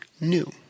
new